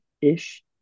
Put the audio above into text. ish